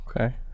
Okay